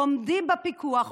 עומדים בפיקוח,